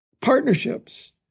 partnerships